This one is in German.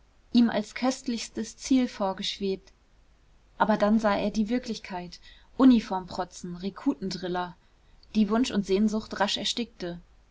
ihm als köstlichstes ziel vorgeschwebt aber dann sah er die wirklichkeit uniformprotzen rekrutendriller die wunsch und sehnsucht rasch erstickte